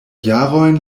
jarojn